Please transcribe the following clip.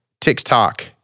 TikTok